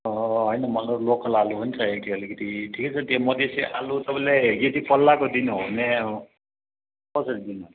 होइन मलाई लोकल आलु पनि चाहिएको थियो अलिकति ठिकै छ त्यो मधेसी आलु तपाईँले यदि पल्लाको दिनु हो भने कसरी दिनुहुन्छ